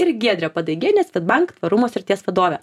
ir giedrė padaigienė swedbank tvarumo srities vadovė